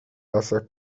lasach